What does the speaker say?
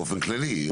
באופן כללי.